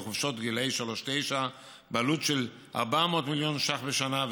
בגילים 3 9 בחופשות בעלות של 400 מיליון ש"ח בשנה,